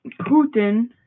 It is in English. Putin